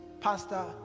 Pastor